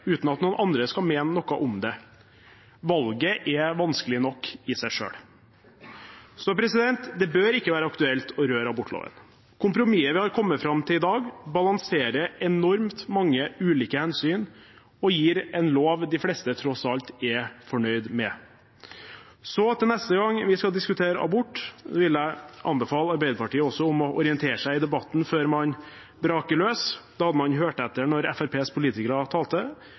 uten at noen andre skal mene noe om det. Valget er vanskelig nok i seg selv. Det bør ikke være aktuelt å røre abortloven. Kompromisset vi har kommet fram til i dag, balanserer enormt mange ulike hensyn og gir en lov de fleste tross alt er fornøyd med. Så neste gang vi skal diskutere abort, vil jeg anbefale Arbeiderpartiet om også å orientere seg i debatten før man gyver løs. Da hadde man hørt etter når Fremskrittspartiets politikere talte.